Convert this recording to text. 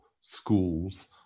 schools